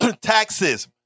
taxes